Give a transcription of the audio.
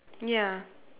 ya